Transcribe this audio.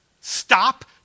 Stop